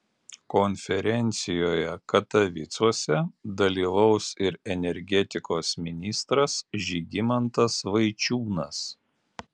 konferencijoje katovicuose dalyvaus ir energetikos ministras žygimantas vaičiūnas